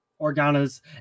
Organa's